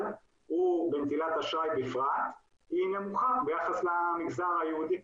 ובנטילת אשראי בפרט היא נמוכה ביחס למגזר היהודי.